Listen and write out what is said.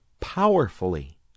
powerfully